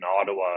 Ottawa